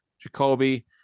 Jacoby